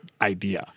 idea